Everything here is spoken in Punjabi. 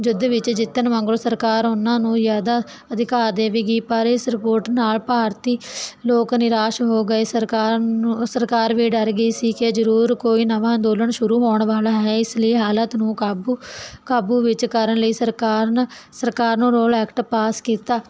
ਯੁੱਧ ਵਿੱਚ ਜਿੱਤਣ ਵਾਂਗੂ ਸਰਕਾਰ ਉਹਨਾਂ ਨੂੰ ਜਿਆਦਾ ਅਧਿਕਾਰ ਦੇਵੇਗੀ ਪਰ ਇਹ ਰਿਪੋਰਟ ਨਾਲ ਭਾਰਤੀ ਲੋਕ ਨਿਰਾਸ਼ ਹੋ ਗਏ ਸਰਕਾਰਾਂ ਨੂੰ ਸਰਕਾਰ ਵੀ ਡਰ ਗਈ ਸੀ ਕਿ ਜਰੂਰ ਕੋਈ ਨਵਾਂ ਅੰਦੋਲਨ ਸ਼ੁਰੂ ਹੋਣ ਵਾਲਾ ਹੈ ਇਸ ਲਈ ਹਾਲਤ ਨੂੰ ਕਾਬੂ ਕਾਬੂ ਵਿੱਚ ਕਰਨ ਲਈ ਸਰਕਾਰ ਨੂੰ ਰੋਲ ਐਕਟ ਪਾਸ ਕੀਤਾ